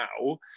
now